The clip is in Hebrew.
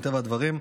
מטבע הדברים,